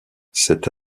cette